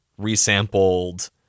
resampled